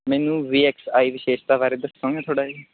ਮੈਨੂੰ ਵੀ X I ਵਿਸ਼ੇਸ਼ਤਾ ਬਾਰੇ ਦੱਸੋਗੇ ਥੋੜ੍ਹਾ ਜਿਹਾ